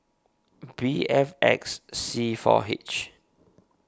B F X C four H